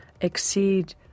exceed